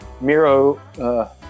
Miro